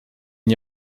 n’y